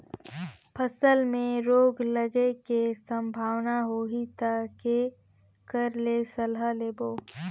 फसल मे रोग लगे के संभावना होही ता के कर ले सलाह लेबो?